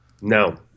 No